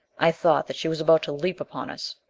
i thought that she was about to leap upon us.